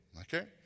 okay